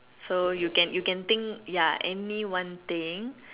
so you can you can think ya anyone thing